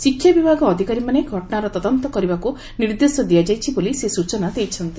ଶିକ୍ଷା ବିଭାଗ ଅଧିକାରୀମାନେ ଘଟଣାର ତଦନ୍ତ କରିବାକୁ ନିର୍ଦ୍ଦେଶ ଦିଆଯାଇଛି ବୋଲି ସେ ସ୍ଚଚନା ଦେଇଛନ୍ତି